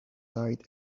died